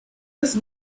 just